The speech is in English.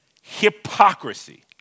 hypocrisy